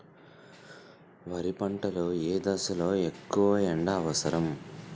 వరి పంట లో ఏ దశ లొ ఎక్కువ ఎండా అవసరం?